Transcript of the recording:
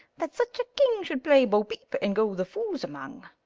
that such a king should play bo-peep and go the fools among.